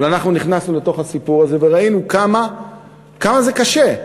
אבל אנחנו נכנסנו לתוך הסיפור הזה וראינו כמה זה קשה.